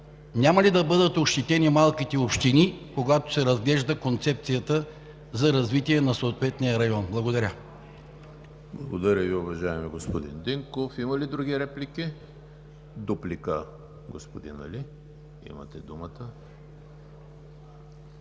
няма ли да бъдат ощетени малките общини, когато се разглежда концепцията за развитие на съответния район? Благодаря. ПРЕДСЕДАТЕЛ ЕМИЛ ХРИСТОВ: Благодаря Ви, уважаеми господин Динков. Има ли други реплики? Дуплика – господин Али, имате думата.